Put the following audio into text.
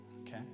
Okay